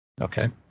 Okay